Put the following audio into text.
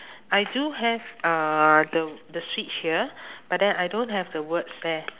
I do have uh the s~ the switch here but then I don't have the words there